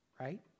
right